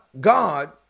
God